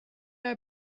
know